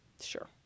Sure